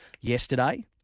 yesterday